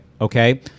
okay